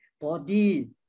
Body